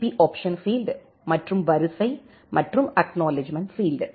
B option field மற்றும் வரிசை மற்றும் அக்நாலெட்ஜ்மெண்ட் பீல்ட்